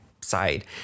side